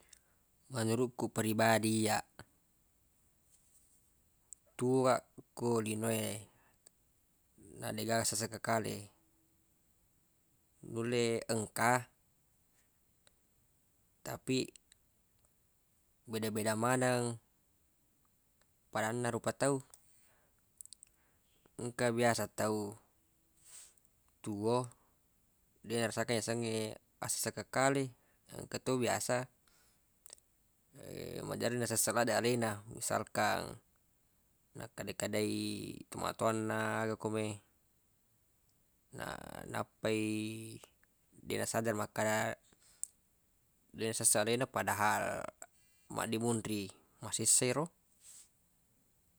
Menurukku pribadi iyyaq tuwo kaq ko lino e na deq gaga sesse kale nulle engka tapi beda-beda maneng padanna rupa tau engka biasa tau tuwo deq narasakang yasengnge assessekeng kale engka to biasa maderri nasesse laddeq alena misalkang nakkedai-kedai tomatowanna aga komei na nappai deq nasadar makkada deq nassesse alena padahal maddimonri masessa ero